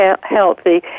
healthy